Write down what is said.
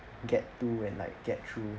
get to and like get through